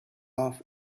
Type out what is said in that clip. off